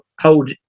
hold